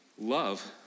Love